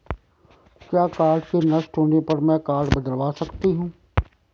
क्या कार्ड के नष्ट होने पर में कार्ड बदलवा सकती हूँ?